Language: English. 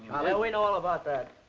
we know all about that.